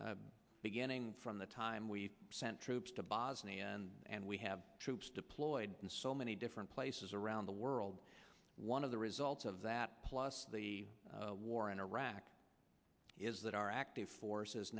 beginning from the time we sent troops to bosnia and we have troops deployed in so many different places around the world one of the results of that plus the war in iraq is that our active force